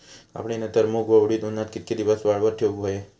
कापणीनंतर मूग व उडीद उन्हात कितके दिवस वाळवत ठेवूक व्हये?